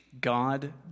God